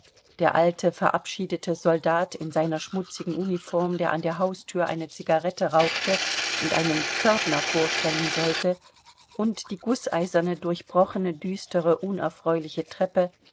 der alte verabschiedete soldat in seiner schmutzigen uniform der an der haustür eine zigarette rauchte und einen pförtner vorstellen sollte und die gußeiserne durchbrochene düstere unerfreuliche treppe